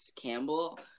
Campbell